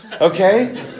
Okay